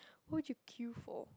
who would you queue for